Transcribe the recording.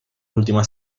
l’ultima